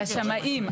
זה השמאים.